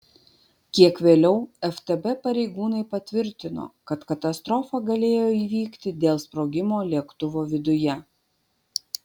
kiek vėliau ftb pareigūnai patvirtino kad katastrofa galėjo įvykti dėl sprogimo lėktuvo viduje